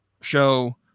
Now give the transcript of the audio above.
show